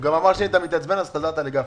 הסעיף הבא.